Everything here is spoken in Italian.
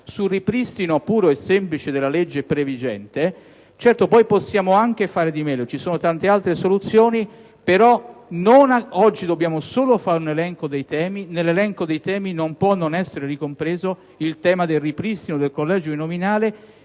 sul ripristino puro e semplice della legge previgente. Certo, poi potremo fare anche di meglio, perché esistono tante altre soluzioni, ma oggi dobbiamo solo fare un elenco dei temi e in questo elenco non può non essere ricompreso quello del ripristino del collegio uninominale,